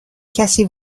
کسی